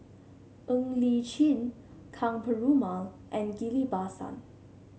Ng Li Chin Ka Perumal and Ghillie Basan